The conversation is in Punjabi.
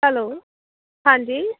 ਹੈਲੋ ਹਾਂਜੀ